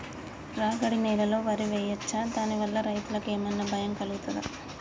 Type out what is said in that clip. రాగడి నేలలో వరి వేయచ్చా దాని వల్ల రైతులకు ఏమన్నా భయం కలుగుతదా?